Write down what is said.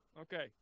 Okay